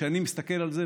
כשאני מסתכל על זה,